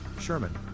Sherman